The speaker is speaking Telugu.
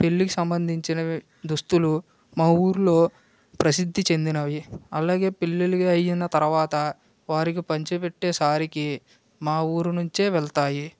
పెళ్ళికి సంబంధించిన దుస్తులు మా ఊళ్ళో ప్రసిద్ధి చెందినవి అలాగే పెళ్ళిళ్ళు అయిన తర్వాత వారికి పంచిపెట్టే సారె మా ఊరు నుంచి వెళ్తాయి